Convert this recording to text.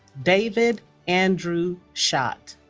david andrew schott